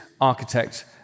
architect